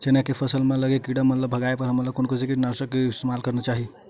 चना के फसल म लगे किड़ा मन ला भगाये बर कोन कोन से कीटानु नाशक के इस्तेमाल करना चाहि?